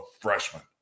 freshman